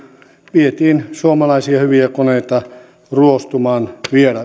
vietiin suomalaisia hyviä koneita ruostumaan